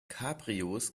cabrios